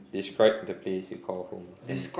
describe the place you call home in Singapore